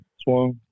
swung